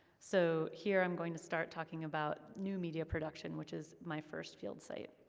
so here i'm going to start talking about new media production, which is my first field site.